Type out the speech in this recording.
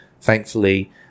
thankfully